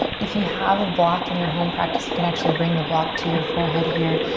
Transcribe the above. if you have a block in your home practice you can actually bring the block to your forehead here.